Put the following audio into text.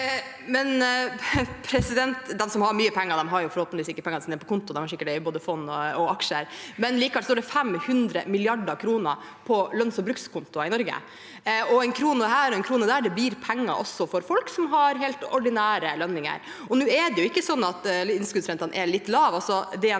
de som har mye penger, har forhåpentligvis ikke pengene sine på konto, de har sikkert både fond og aksjer. Likevel står det 500 mrd. kr på lønns- og brukskontoer i Norge, og en krone her og en krone der blir penger også for folk som har helt ordinære lønninger. Og nå er det jo ikke sånn at innskuddsrentene er litt lave.